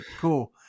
Cool